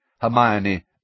Hermione